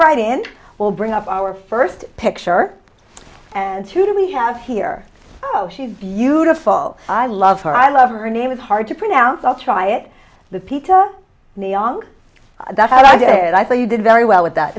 right in we'll bring up our first picture and today we have here oh she's beautiful i love her i love her name is hard to pronounce i'll try it the peta niang that i did i thought you did very well with that